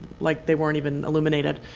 like they weren't even illuminated.